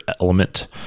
element